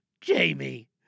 Jamie